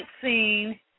scene